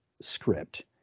script